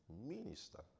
minister